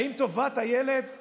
האם טובת הילד היא